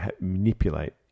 manipulate